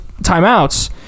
timeouts